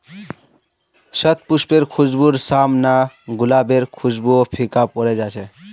शतपुष्पेर खुशबूर साम न गुलाबेर खुशबूओ फीका पोरे जा छ